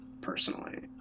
personally